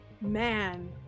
man